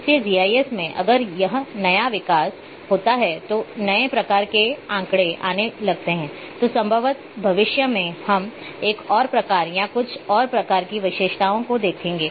इसलिए जीआईएस में अगर नया विकास होता है तो नए प्रकार के आंकड़े आने लगते हैं तो संभवत भविष्य में हम एक और प्रकार या कुछ और प्रकार की विशेषताओं को देखेंगे